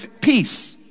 peace